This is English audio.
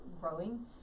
growing